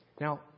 Now